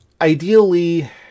ideally